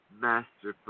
masterful